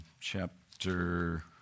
chapter